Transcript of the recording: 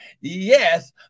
Yes